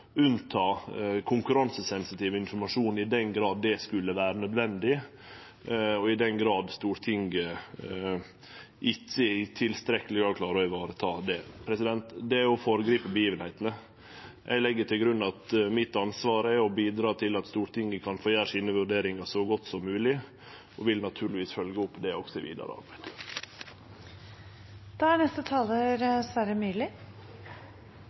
tilbake konkurransesensitiv informasjon i den grad det skulle vere nødvendig, og i den grad Stortinget ikkje i tilstrekkeleg grad klarer å vareta det. Det er å føregripe hendingsgangen. Eg legg til grunn at ansvaret mitt er å bidra til at Stortinget kan få gjere sine vurderingar så godt som mogleg, og vil naturlegvis følgje opp det også i det vidare arbeidet. Jeg har to poenger på slutten her. Jeg er